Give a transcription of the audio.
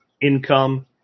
income